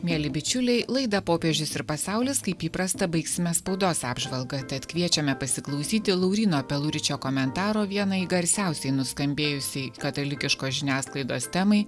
mieli bičiuliai laida popiežius ir pasaulis kaip įprasta baigsime spaudos apžvalgą tad kviečiame pasiklausyti lauryno peluričio komentaro vienai garsiausiai nuskambėjusiai katalikiškos žiniasklaidos temai